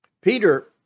Peter